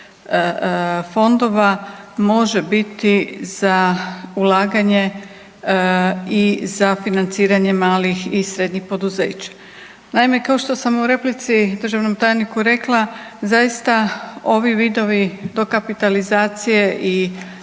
fondova može biti za ulaganje i za financiranje malih i srednjih poduzeća. Naime, kao što sam u replici državnom tajniku rekla zaista ovi vidovi dokapitalizacije i